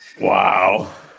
Wow